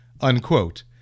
unquote